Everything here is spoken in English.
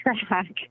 track